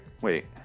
Wait